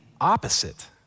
opposite